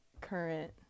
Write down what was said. current